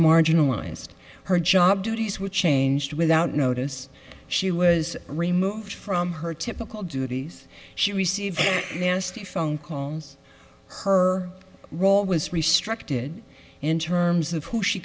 marginalized her job duties were changed without notice she was removed from her typical duties she received nasty phone calls her role was restricted in terms of who she